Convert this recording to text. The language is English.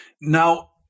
Now